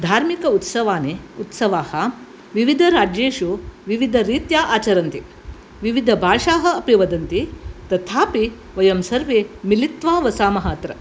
धार्मिक उत्सवानि उत्सवाः विविधराज्येषु विविधरीत्या आचरन्ति विविधभाषाः अपि वदन्ति तथापि वयं सर्वे मिलित्वा वसामः अत्र